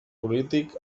polític